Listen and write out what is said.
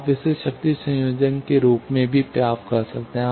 आप इसे शक्ति संयोजन के रूप में भी प्राप्त कर सकते हैं